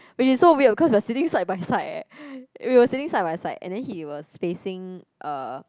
which is so weird cause we're sitting side by side eh we were sitting side by side and then he was facing uh